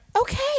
Okay